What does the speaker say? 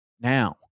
Now